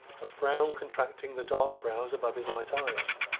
a frown contracting the dark brows above his light eyes